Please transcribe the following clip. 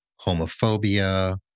homophobia